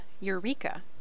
Eureka